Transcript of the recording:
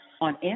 on